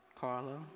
Carlo